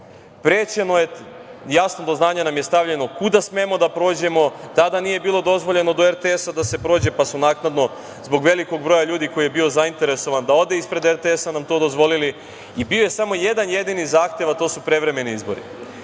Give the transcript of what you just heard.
Prećeno je, jasno do znanja nam je stavljeno kuda smemo da prođemo. Tada nije bilo dozvoljeno do RTS-a da se prođe, pa su naknadno, zbog velikog broja ljudi koji je bio zainteresova na ode ispred RTS-a, nam to dozvolili. Bio je samo jedan jednini zahtev, a to su prevremeni izbori. Tada